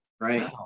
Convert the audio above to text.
right